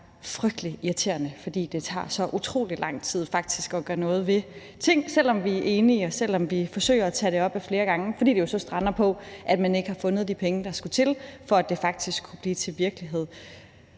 være frygtelig irriterende, fordi det tager så utrolig lang tid faktisk at gøre noget ved ting, selv om vi er enige, og selv om vi forsøger at tage det op flere gange, fordi det så strander på, at man ikke har fundet de penge, der skulle til, for at det faktisk kunne blive til virkelighed.